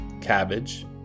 cabbage